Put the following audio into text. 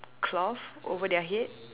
cloth over their head